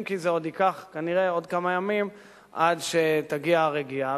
אם כי זה עוד ייקח כנראה עוד כמה ימים עד שתגיע הרגיעה,